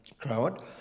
crowd